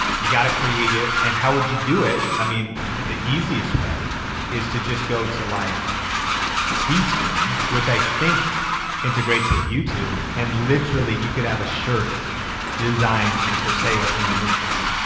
you gotta create it. and how would you do it? i mean the easiest way is to just go to like teespring, which i think integrates with youtube and literally you could have a shirt designed and for sale in minutes.